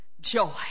Joy